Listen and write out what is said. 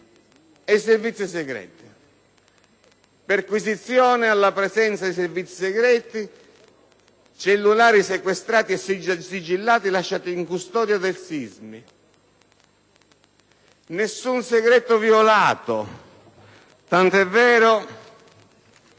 e Servizi segreti: perquisizione alla presenza di Servizi segreti, cellulari sequestrati e sigillati lasciati in custodia del SISMI, nessun segreto violato. Infatti,